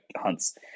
hunts